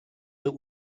that